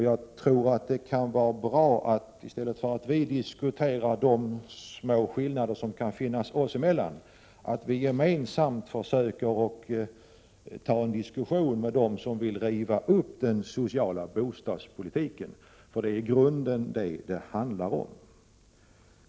Jag tror att det kan vara bra, om vi i stället för att diskutera de små skillnader som kan finnas oss emellan gemensamt försöker ta en diskussion med dem som vill riva upp den sociala bostadspolitiken — för det är i grunden det det handlar om.